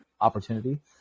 opportunity